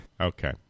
Okay